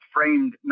framed